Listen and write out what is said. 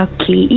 Okay